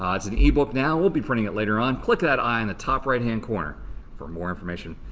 um it's an e-book now. we'll be printing it later on. click that i in the top right hand corner for more information.